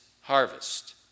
harvest